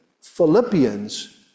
Philippians